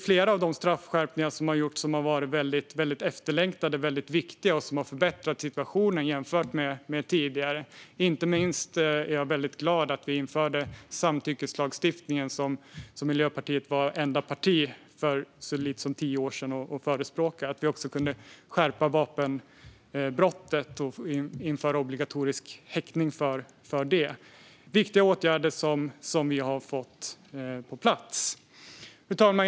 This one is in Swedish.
Flera av de straffskärpningar som gjorts har varit väldigt efterlängtade och viktiga, och de har förbättrat situationen jämfört med tidigare. Inte minst är jag glad att vi införde samtyckeslagstiftningen, som Miljöpartiet var enda parti att förespråka för så lite som tio år sedan. Vi kunde också skärpa vapenbrottet och införa obligatorisk häktning för det. Det är viktiga åtgärder som vi har fått på plats. Fru talman!